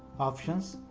options,